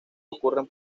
ocurren